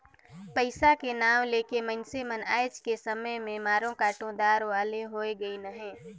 पइसा के नांव ले के मइनसे मन आएज के समे में मारो काटो दार वाले होए गइन अहे